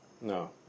No